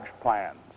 plans